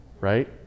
right